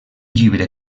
llibre